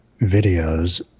videos